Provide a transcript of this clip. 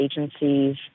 agencies